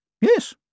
Yes